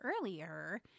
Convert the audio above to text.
earlier